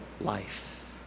life